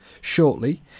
Shortly